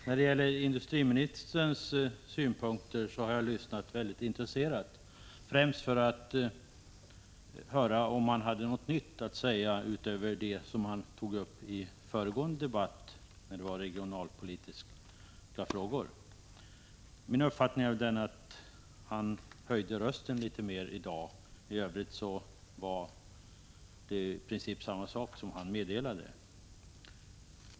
Jag lyssnade väldigt intresserat till industriministern, främst för att höra om han hade något nytt att säga utöver det han tog upp i den förra debatten om regionalpolitiska frågor. Min uppfattning är att han höjde rösten litet mer i dag. I övrigt var det i princip samma saker som han meddelade.